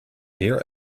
heer